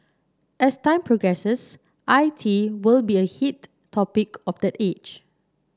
as time progresses I T will be a heat topic of that age